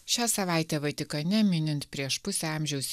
šią savaitę vatikane minint prieš pusę amžiaus